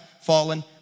fallen